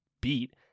beat